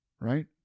right